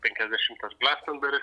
penkiasdešimties blastenberis